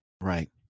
Right